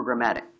programmatic